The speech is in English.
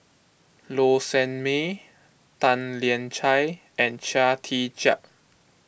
Low Sanmay Tan Lian Chye and Chia Tee Chiak